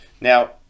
now